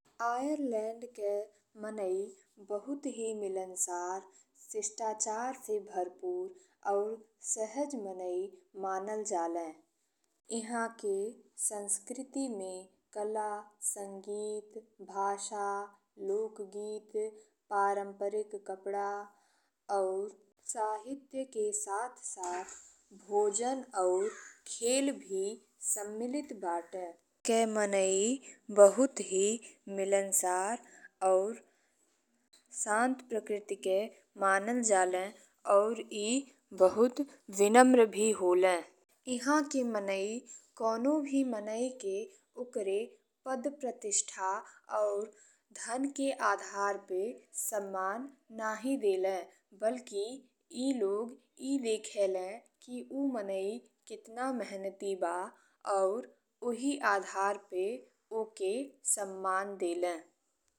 Ireland के मनई बहुत ही मिलनसार, शिष्टाचार से भरपूर और सहज मनई मानल जाले। इहाँ के संस्कृति में कला, संगीत, भाषा, लोकगीत, पारंपरिक कपड़ा, और साहित्य के साथ साथ भोजन और खेल भी सम्मिलित बा। आयरलैंड के मनई बहुत ही मिलनसार और शांत प्रकृति के मानल जाले और ई बहुत विनम्र भी होले। इहाँ के मनई कउनो भी मनई के ओकर पद प्रतिष्ठा और धन के आधार पे सम्मान नइखे देले बल्की ई लोग ई देखले की ऊ मनई केतना मेहनती बा और ओही आधार पे ओकर सम्मान देले।